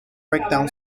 breakdown